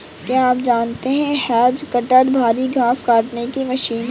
क्या आप जानते है हैज कटर भारी घांस काटने की मशीन है